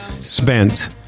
spent